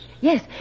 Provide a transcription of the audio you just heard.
Yes